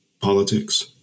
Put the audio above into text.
politics